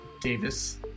Davis